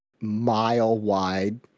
mile-wide